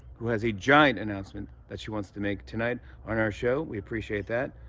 who has a giant announcement that she wants to make tonight on our show. we appreciate that.